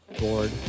Board